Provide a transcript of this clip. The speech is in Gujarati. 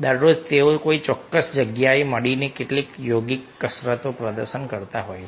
દરરોજ તેઓ કોઈ ચોક્કસ જગ્યાએ મળીને કેટલીક યોગિક કસરતો પ્રદર્શન કરતા હોય છે